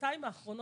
בשנתיים האחרונות,